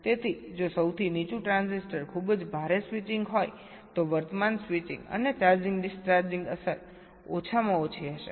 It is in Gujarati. તેથી જો સૌથી નીચું ટ્રાન્ઝિસ્ટર ખૂબ જ ભારે સ્વિચિંગ હોય તો વર્તમાન સ્વિચિંગ અને ચાર્જિંગ ડિસ્ચાર્જિંગ અસર ઓછામાં ઓછી હશે